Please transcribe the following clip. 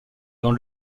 dans